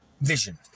vision